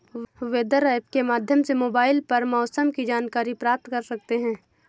weather app के माध्यम से मोबाइल पर मौसम की जानकारी प्राप्त कर सकते हैं